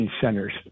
centers